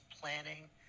planning